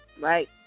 Right